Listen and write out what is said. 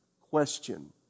Question